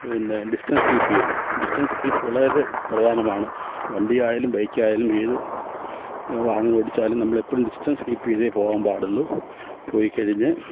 പിന്നെ distance keep ചെയ്യുന്നത് distance keep വളരെ പ്രധാനമാണ് വണ്ടിയായാലും ബൈക്കായലും ഏത് വാഹനമോടിച്ചാലും നമ്മളെപ്പോഴും ഡിസ്റ്റൻസ് കീപ്പ് ചെയ്തേ പോകാൻ പാടുള്ളു പോയിക്കഴിഞ്ഞ്